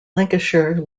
lancashire